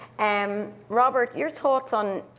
and robert, your thoughts on,